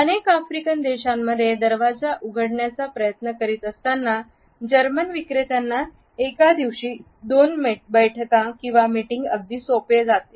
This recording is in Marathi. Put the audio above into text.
अनेक आफ्रिकन देशांमध्ये दरवाजे उघडण्याचा प्रयत्न करीत असताना जर्मन विक्रेत्यांना एका दिवशी दोन बैठका किंवा मीटिंग अगदी सोपे आहे